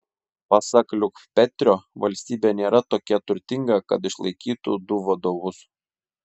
pasak liukpetrio valstybė nėra tokia turtinga kad išlaikytų du vadovus